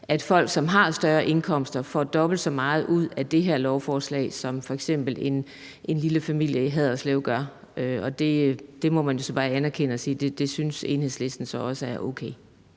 at folk, som har større indkomster, får dobbelt så meget ud af det her lovforslag, som f.eks. en lille familie i Haderslev gør. Det må man så bare fra Enhedslistens side anerkende og sige at